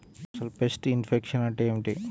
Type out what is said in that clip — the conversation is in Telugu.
అసలు పెస్ట్ ఇన్ఫెక్షన్ అంటే ఏమిటి?